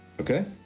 Okay